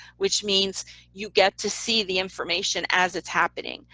which means you get to see the information as it's happening.